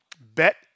Bet